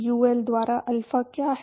you L द्वारा alpha क्या है